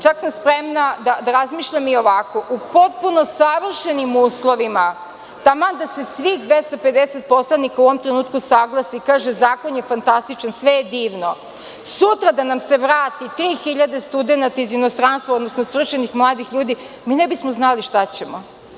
Čak sam spremna da razmišljam i ovako, u potpuno savršenim uslovima, taman da se svih 250 poslanika u ovom trenutku usaglasi i kaže – zakon je fantastičan, sve je divno, sutra da vam se vrati 3.000 studenata iz inostranstva, odnosno svršenih mladih ljudi mi ne bismo znali šta ćemo.